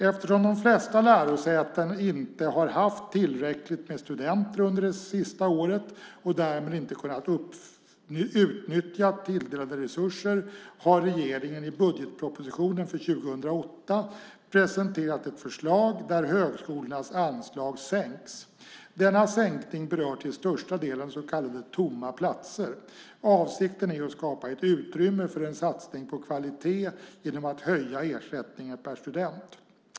Eftersom de flesta lärosätena inte har haft tillräckligt med studenter under det senaste året och därmed inte kunnat utnyttja tilldelade resurser, har regeringen i budgetpropositionen för 2008 presenterat ett förslag där högskolornas anslag sänks. Denna sänkning berör till största delen så kallade tomma platser. Avsikten är att skapa ett utrymme för en satsning på kvalitet genom att höja ersättningen per student.